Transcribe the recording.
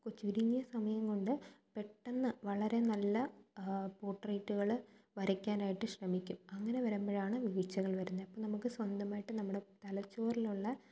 ചുരുങ്ങിയ സമയം കൊണ്ട് പെട്ടെന്ന് വളരെ നല്ല പോട്രെയ്റ്റുകള് വരക്കാനായിട്ട് ശ്രമിക്കും അങ്ങനെ വരുമ്പോഴാണ് വീഴ്ചകൾ വരുന്നത് അപ്പം നമുക്ക് സ്വന്തമായിട്ട് നമ്മുടെ തലച്ചോറിലുള്ള